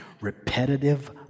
Repetitive